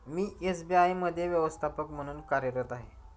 मी SBI मध्ये व्यवस्थापक म्हणून कार्यरत आहे